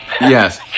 Yes